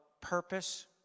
purpose